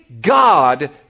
God